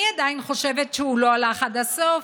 אני עדיין חושבת שהוא לא הלך עד הסוף.